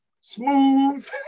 smooth